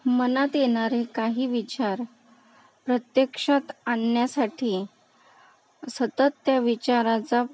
मनात येणारे काही विचार प्रत्यक्षात आणण्यासाठी सतत त्या विचाराचा